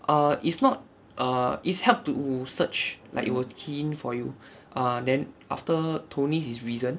err it's not err it's help to search like you will key in for you err then after tunis is reason